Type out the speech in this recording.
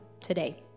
today